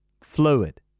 Fluid